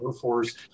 Force